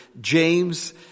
James